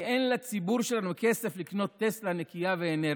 כי אין לציבור שלנו כסף לקנות טסלה נקייה ואנרגטית.